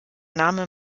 name